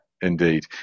indeed